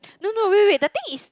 no no wait wait the things is